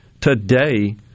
today